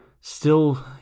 Still